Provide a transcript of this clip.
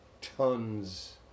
tons